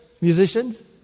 musicians